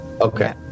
Okay